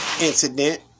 incident